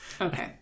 okay